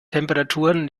temperaturen